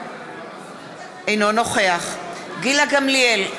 אינו נוכח גילה גמליאל,